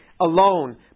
alone